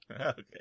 Okay